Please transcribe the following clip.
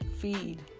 feed